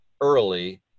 early